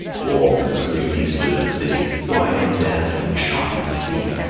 walled and dreamy stood the city, wide and dazzling shone the sea,